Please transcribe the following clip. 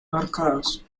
marcados